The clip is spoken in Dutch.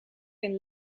een